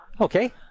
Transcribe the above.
Okay